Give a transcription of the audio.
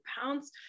pounds